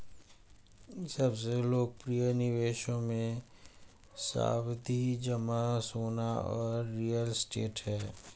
सबसे लोकप्रिय निवेशों मे, सावधि जमा, सोना और रियल एस्टेट है